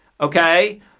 okay